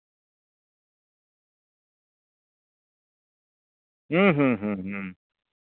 ᱦᱩᱸ ᱦᱩᱸ ᱦᱩᱸ ᱦᱩᱸ